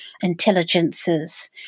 intelligences